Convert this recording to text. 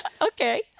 Okay